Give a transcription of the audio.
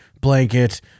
blanket